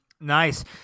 Nice